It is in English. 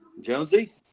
Jonesy